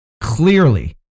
Clearly